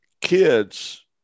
kids